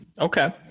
Okay